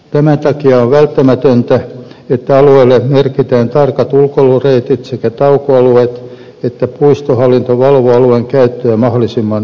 tämän takia on välttämätöntä että alueelle merkitään tarkat ulkoilureitit sekä taukoalueet ja että puistohallinto valvoo alueen käyttöä mahdollisimman tehokkaasti